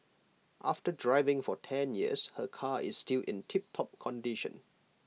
after driving for ten years her car is still in tiptop condition